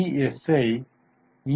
எஸ்ஸை இ